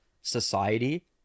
society